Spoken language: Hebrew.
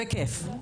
בכיף.